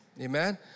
Amen